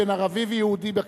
בין ערבי ויהודי בכנסת.